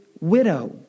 widow